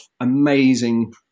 amazing